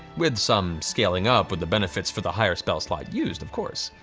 with some scaling up with the benefits for the higher spell slot used, of course.